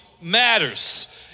matters